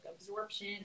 absorption